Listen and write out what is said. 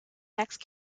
next